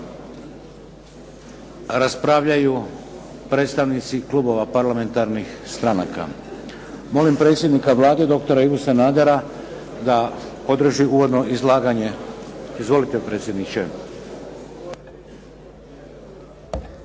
raspravljaju predstavnici klubova parlamentarnih stranaka. Molim predsjednika Vlade doktora Ivu Sanadera da održi uvodno izlaganje. Izvolite predsjedniče.